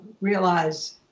realize